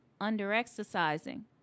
under-exercising